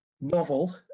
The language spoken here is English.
novel